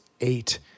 eight